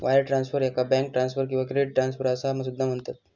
wire transfer, याका bank transfer किंवा credit transfer असा सुद्धा म्हणतत